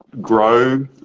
grow